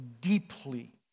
deeply